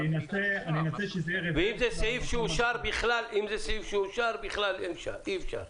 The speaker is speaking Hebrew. אם זה סעיף שאושר אז בכלל אי אפשר.